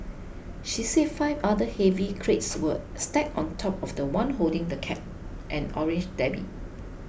she say five other heavy crates were stacked on top of the one holding the cat and orange Debbie